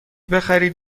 بخرید